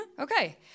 Okay